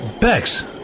Bex